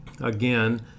Again